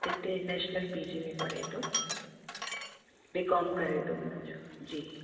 हिते national P G में पढ़े थो बी कॉम करे थो मुंहिंजो जी